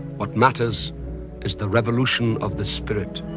what matters is the revolution of the spirit.